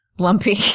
Lumpy